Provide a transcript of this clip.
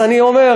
אז אני אומר,